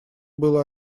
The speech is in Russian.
было